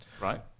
right